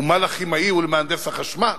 ומה לכימאי ולמהנדס החשמל?